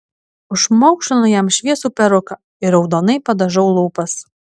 užmaukšlinu jam šviesų peruką ir raudonai padažau lūpas